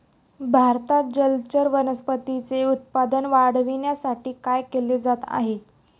भारतात जलचर वनस्पतींचे उत्पादन वाढविण्यासाठी काय केले जात आहे?